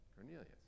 Cornelius